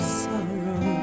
sorrow